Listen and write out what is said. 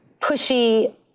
pushy